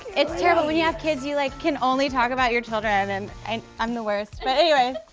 it's terrible when you have kids you like can only talk about your children, um and and i'm the worst but anyway,